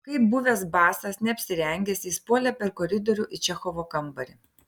kaip buvęs basas neapsirengęs jis puolė per koridorių į čechovo kambarį